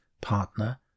partner